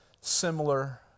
similar